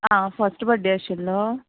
आं first birthday आशिल्लो